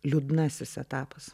liūdnasis etapas